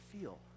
feel